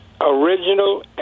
Original